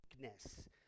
weakness